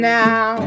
now